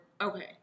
okay